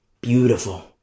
beautiful